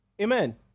Amen